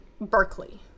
Berkeley